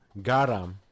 Garam